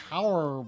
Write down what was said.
Power